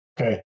Okay